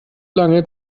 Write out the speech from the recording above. lange